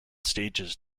stages